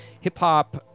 hip-hop